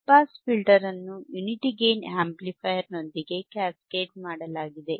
high pass filter ಅನ್ನು unity gain amplifier ನೊಂದಿಗೆ cascade ಮಾಡಲಾಗಿದೆ